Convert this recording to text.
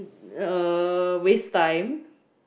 uh waste time